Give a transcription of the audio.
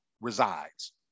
resides